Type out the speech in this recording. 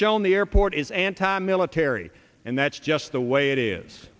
shown the airport is anti military and that's just the way it is